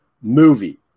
movie